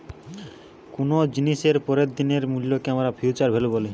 কুনো জিনিসের পরের দিনের মূল্যকে আমরা ফিউচার ভ্যালু বলছি